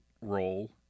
role